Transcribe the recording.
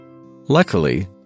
Luckily